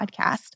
podcast